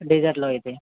డిజర్ట్లో అయితే